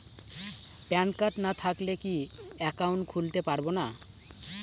Pan card না থাকলে কি একাউন্ট খুলতে পারবো না?